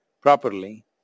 properly